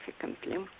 significantly